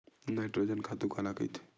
Nitrogen खातु काला कहिथे?